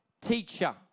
teacher